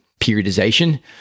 periodization